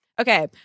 okay